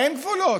אין גבולות?